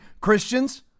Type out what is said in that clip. Christians